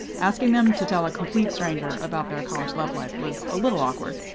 asking them to tell a complete stranger about their college love life was a little awkward,